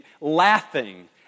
laughing